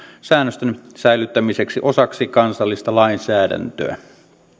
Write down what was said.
säännösten säilyttämiseksi osana kansallista lainsäädäntöä